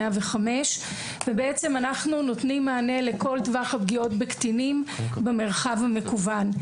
105. אנחנו נותנים מענה לכל טווח הפגיעות בקטינים במרחב המקוון.